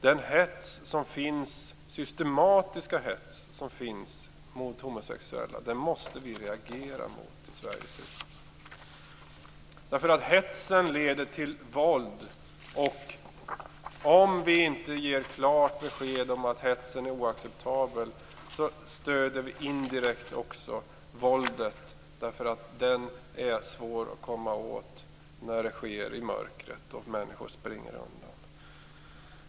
Den systematiska hets som finns mot homosexuella måste vi reagera mot i Sveriges riksdag. Hetsen leder till våld. Om vi inte ger klart besked om att hetsen är oacceptabel stöder vi indirekt också våldet, därför att det är svårt att komma åt när det sker i mörkret och människor springer undan.